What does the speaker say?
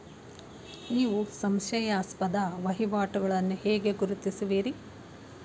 ನೀವು ಸಂಶಯಾಸ್ಪದ ವಹಿವಾಟುಗಳನ್ನು ಹೇಗೆ ಗುರುತಿಸುವಿರಿ?